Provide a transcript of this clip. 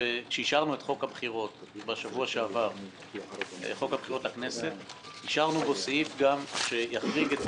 כשאישרנו את חוק הבחירות לכנסת בשבוע שעבר אישרנו בו סעיף שיחריג את